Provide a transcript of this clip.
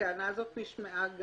הבקשה שלנו לאורך כל הדיון שנמצא כאן